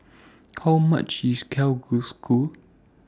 How much IS Kalguksu